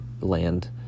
land